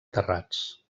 terrats